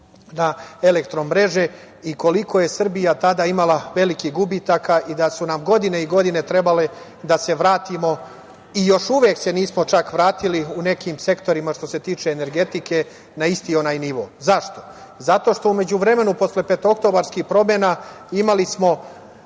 na elektromreže i koliko je Srbija tada imala velikih gubitaka i da su nam godine i godine trebale da se vratimo i još uvek se nismo čak vratili u nekim sektorima što se tiče energetike na isti onaj nivo. Zašto? Zato što u međuvremenu posle petooktobarskih promena imali smo